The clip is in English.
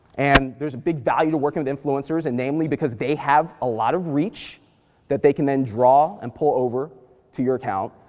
and there's a big value to working with influencers, and namely because they have a lot of reach that they can then draw and pull over to your account.